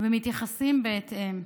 ומתייחסים בהתאם.